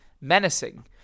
menacing